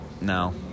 No